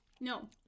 no